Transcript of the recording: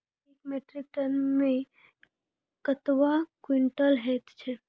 एक metric tonne मे कतवा क्वींटल हैत छै?